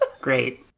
great